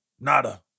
Nada